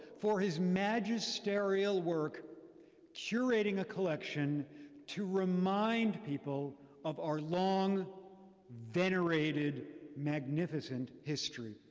for his magisterial work curating a collection to remind people of our long venerated magnificent history.